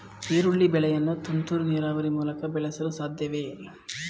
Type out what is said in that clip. ಈರುಳ್ಳಿ ಬೆಳೆಯನ್ನು ತುಂತುರು ನೀರಾವರಿ ಮೂಲಕ ಬೆಳೆಸಲು ಸಾಧ್ಯವೇ?